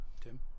Tim